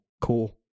Cool